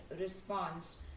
response